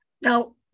Now